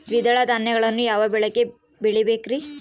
ದ್ವಿದಳ ಧಾನ್ಯಗಳನ್ನು ಯಾವ ಮಳೆಗೆ ಬೆಳಿಬೇಕ್ರಿ?